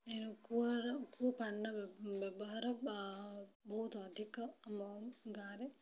ଏଣୁ କୂଅର କୂଅ ପାଣିର ବ୍ୟବହାର ବହୁତ ଅଧିକ ଆମ ଗାଁରେ